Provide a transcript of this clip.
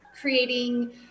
creating